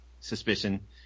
suspicion